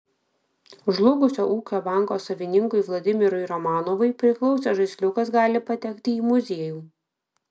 žlugusio ūkio banko savininkui vladimirui romanovui priklausęs žaisliukas gali patekti į muziejų